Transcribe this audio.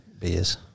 beers